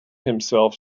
himself